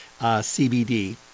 CBD